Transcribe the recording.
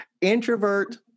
introvert